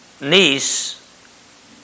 niece